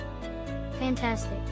Fantastic